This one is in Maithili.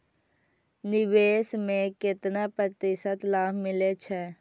निवेश में केतना प्रतिशत लाभ मिले छै?